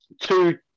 two